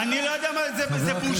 אתה לא יודע, אתה חדש.